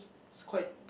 it's quite